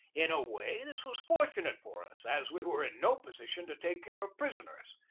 in a way this was fortunate for us, as we were in no position to take care of prisoners.